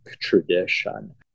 tradition